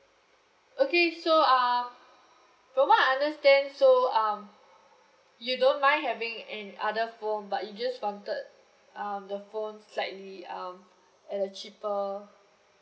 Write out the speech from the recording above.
okay so err from what I understand so um you don't mind having an other phone but you just wanted um the phone slightly um at a cheaper